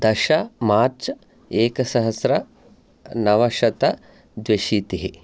दश मार्च् एकसहस्रनवशतद्व्यशीतिः